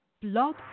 Blog